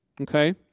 Okay